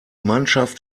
mannschaft